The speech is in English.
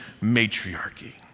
matriarchy